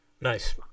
Nice